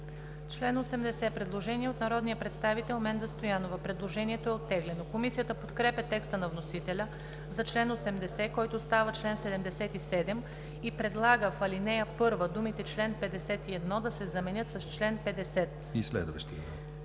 чл. 80 има предложение от народния представител Менда Стоянова. Предложението е оттеглено. Комисията подкрепя текста на вносителя за чл. 80, който става чл. 77 и предлага в ал. 1 думите „чл. 51“ да се заменят с „чл. 50“. Комисията